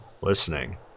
listening